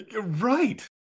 right